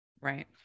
Right